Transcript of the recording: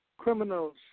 criminals